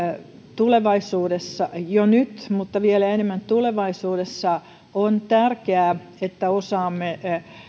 tulevaisuudessa jo nyt mutta vielä enemmän tulevaisuudessa on tärkeää että osaamme